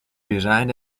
resigned